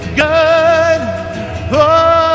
good